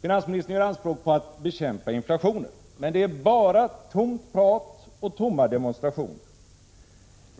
Finansministern gör anspråk på att bekämpa inflationen, men det är bara tomt prat och tomma demonstrationer.